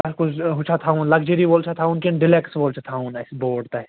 تۄہہِ کُس ہُہ چھا تھَاوُن لگجٔری وول چھَا تھاوُن کِنہٕ ڈِلٮ۪کٕس وول چھُ تھاوُن اَسہِ بوٹ تۄہہِ